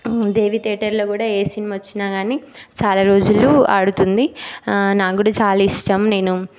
దేవి థియేటరులో కూడా ఏ సినిమా వచ్చినాకానీ చాలా రోజులు ఆడుతుంది నాకు కూడా చాలా ఇష్టం నేను